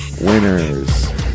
winners